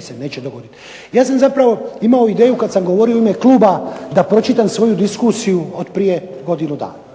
se neće dogoditi. Ja sam zapravo imao ideju kad sam govorio u ime kluba da pročitam svoju diskusiju od prije godinu dana.